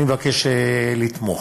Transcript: אני מבקש לתמוך.